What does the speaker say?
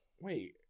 Wait